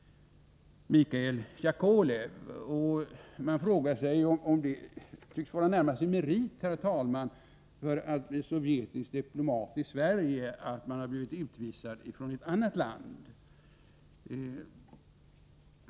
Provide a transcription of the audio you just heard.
Herr talman! Det tycks närmast vara en merit för att bli sovjetisk diplomat i Sverige att man har blivit utvisad från ett annat land.